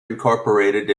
incorporated